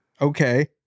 Okay